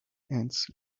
ants